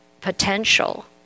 potential